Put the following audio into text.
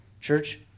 church